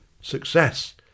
success